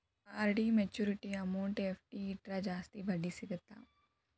RD maturity amount FD ಇಟ್ರ ಜಾಸ್ತಿ ಬಡ್ಡಿ ಸಿಗತ್ತಾ